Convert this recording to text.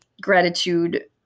gratitude